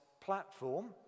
platform